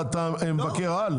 אתה מבקר על?